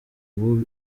ubu